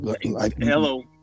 hello